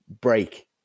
break